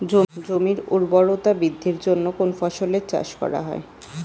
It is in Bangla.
জমির উর্বরতা বৃদ্ধির জন্য কোন ফসলের চাষ করা হয়?